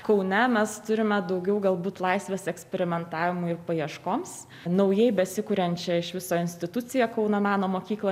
kaune mes turime daugiau galbūt laisvės eksperimentavimui ir paieškoms naujai besikuriančią iš viso instituciją kauno meno mokyklą